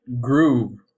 groove